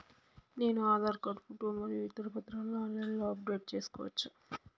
నేను Aadhaar card photo మరియు ఇతర పత్రాలను ఆన్ లైన్ అప్ డెట్ చేసుకోవచ్చా?